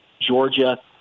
Georgia